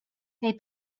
they